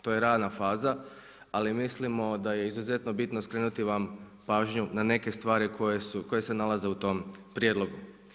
To je rana faza, ali mislimo da je izuzetno bitno skrenuti vam pažnju na neke stvari koje se nalaze u tome prijedlogu.